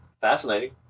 fascinating